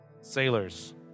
sailors